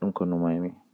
haɓugol ngoodi e laawol ngol.